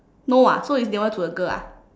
no ah so it's nearer to the girl ah